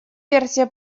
версия